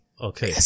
Okay